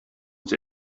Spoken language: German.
sie